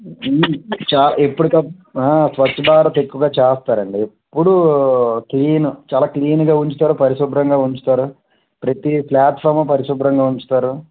చా ఎప్పటికప్పుడు స్వచ్ఛభారత్ ఎక్కువగా చేస్తారు అండి ఎప్పుడు క్లీన్ చాలా క్లీన్గా ఉంచుతారు పరిశుభ్రంగా ఉంచుతారు ప్రతి ఫ్లాట్ఫాము పరిశుభ్రంగా ఉంచుతారు